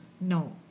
No